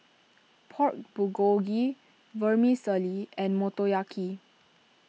Pork Bulgogi Vermicelli and Motoyaki